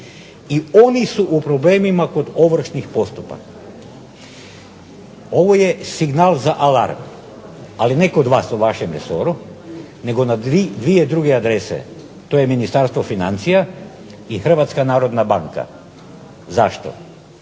i oni su u problemima zbog ovršnih postupaka, ovo je signal za alarm, ali ne u vašem resoru nego na dvije druge adrese, to je Ministarstvo financija i Hrvatska narodna banka. Zašto?